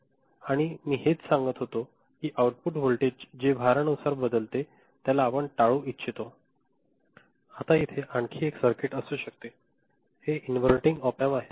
आणि मी हेच सांगत होतो हे आउटपुट व्होल्टेज जे भारानुसार बदलते त्याला आपण टाळू इचछीतो आता येथे आणखी एक सर्किट असू शकते हे इनव्हर्टींग ऑप एम्प आहे